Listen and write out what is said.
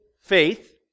faith